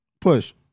Push